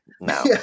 no